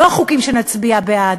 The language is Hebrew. לא החוקים שנצביע בעדם,